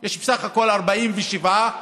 יש בסך הכול 47 חלקות